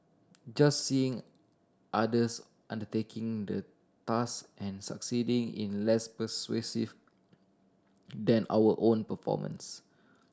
just seeing others undertaking the task and succeeding in less persuasive than our own performance